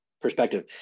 perspective